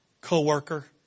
co-worker